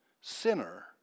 sinner